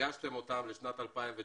שהגשתם לשנת 2019